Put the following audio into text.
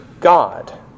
God